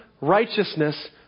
righteousness